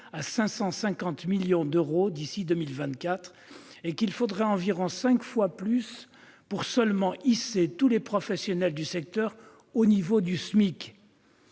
à 550 millions d'euros d'ici à 2024 et qu'il faudrait environ cinq fois plus pour seulement hisser tous les professionnels du secteur au niveau du SMIC